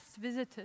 visitors